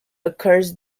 occurs